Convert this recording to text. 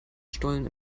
stollen